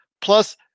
Plus